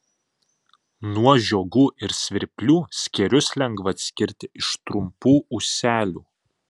nuo žiogų ir svirplių skėrius lengva atskirti iš trumpų ūselių